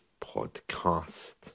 podcast